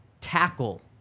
tackle